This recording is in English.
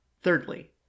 thirdly